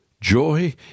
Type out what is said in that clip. joy